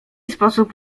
sposób